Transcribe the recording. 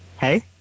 Hey